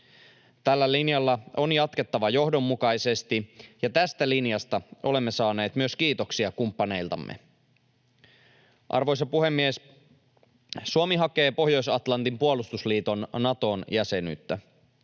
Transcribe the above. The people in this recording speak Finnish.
Tällä linjalla on jatkettava johdonmukaisesti, ja tästä linjasta olemme saaneet myös kiitoksia kumppaneiltamme. Arvoisa puhemies! Suomi hakee Pohjois-Atlantin puolustusliiton Naton jäsenyyttä.